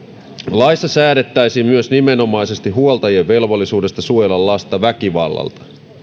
laissa säädettäisiin myös nimenomaisesti huoltajien velvollisuudesta suojella lasta väkivallalta